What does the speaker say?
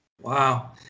Wow